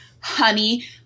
honey